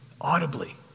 Audibly